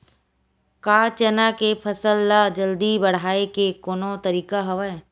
का चना के फसल ल जल्दी बढ़ाये के कोनो तरीका हवय?